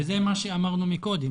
וזה מה שאמרנו מקודם,